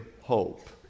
hope